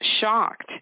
shocked